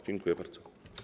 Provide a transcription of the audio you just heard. Dziękuję bardzo.